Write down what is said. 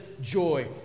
joy